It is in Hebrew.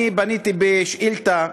אני פניתי בשאילתה,